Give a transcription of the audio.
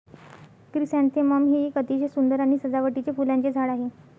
chrysanthemum हे एक अतिशय सुंदर सजावटीचे फुलांचे झाड आहे